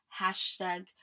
hashtag